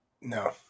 No